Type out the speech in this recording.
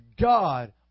God